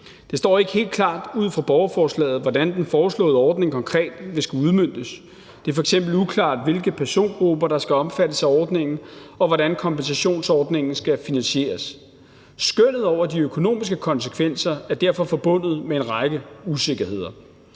Det står ikke helt klart ud fra borgerforslaget, hvordan den foreslåede ordning konkret vil skulle udmøntes. Det er f.eks. uklart, hvilke persongrupper der skal omfattes af ordningen, og hvordan kompensationsordningen skal finansieres. Skønnet over de økonomiske konsekvenser er derfor forbundet med en række usikkerheder.